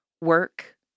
work